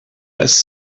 less